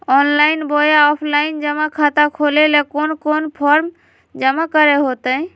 Online बोया offline जमा खाता खोले ले कोन कोन फॉर्म जमा करे होते?